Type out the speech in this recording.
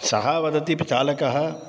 सः वदति चालकः